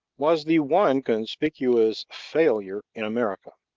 was the one conspicuous failure in america.